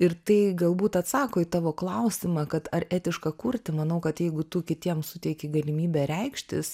ir tai galbūt atsako į tavo klausimą kad ar etiška kurti manau kad jeigu tu kitiems suteiki galimybę reikštis